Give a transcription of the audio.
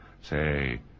Say